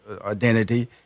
identity